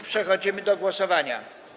Przechodzimy do głosowania.